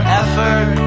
effort